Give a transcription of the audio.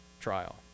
trial